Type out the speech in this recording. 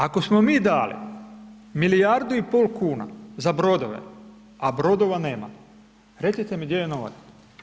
Ako smo mi dali milijardu i pol kuna za brodove, a brodova nema, recite mi gdje je novac?